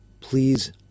Please